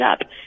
up